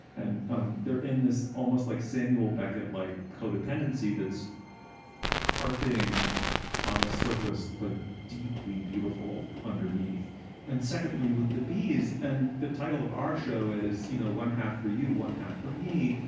and um they're in this almost like samuel beckett, like co-dependency that's carping on the surface, but deeply beautiful underneath and secondly, with the bees and the title of our show is, you know, one half for you, one half for me.